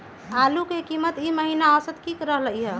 आलू के कीमत ई महिना औसत की रहलई ह?